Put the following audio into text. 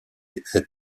est